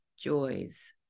joys